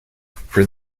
for